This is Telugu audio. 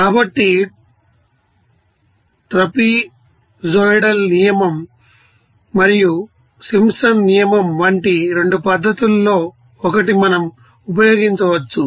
కాబట్టి ట్రాపెజోయిడల్ నియమం మరియు సింప్సన్ నియమం వంటి రెండు పద్ధతుల్లో ఒకటి మనం ఉపయోగించవచ్చు